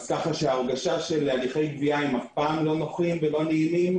כך שההרגשה של הליכי גבייה אף פעם לא נוחים ונעימים.